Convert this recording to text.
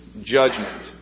judgment